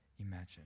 imagine